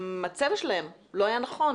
הצבע שלהם לא היה נכון